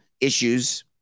issues